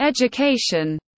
education